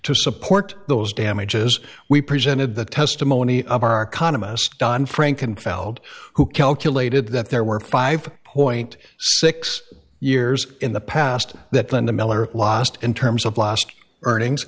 to support those damages we presented the testimony of our economist dan franken feld who calculated that there were five point six years in the past that linda miller lost in terms of lost earnings